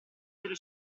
vero